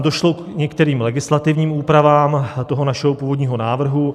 Došlo k některým legislativním úpravám našeho původního návrhu.